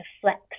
flex